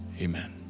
amen